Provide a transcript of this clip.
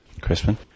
Crispin